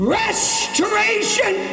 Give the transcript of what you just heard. restoration